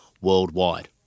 worldwide